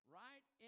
right